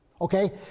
Okay